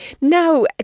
Now